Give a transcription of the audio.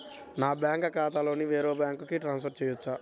నా బ్యాంక్ ఖాతాని వేరొక బ్యాంక్కి ట్రాన్స్ఫర్ చేయొచ్చా?